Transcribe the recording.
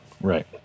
right